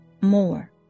more